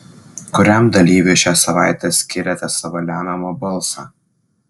kuriam dalyviui šią savaitę skiriate savo lemiamą balsą